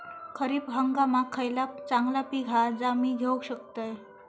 खरीप हंगामाक खयला चांगला पीक हा जा मी घेऊ शकतय?